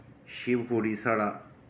शिव खोड़ी साढ़ा